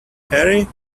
harry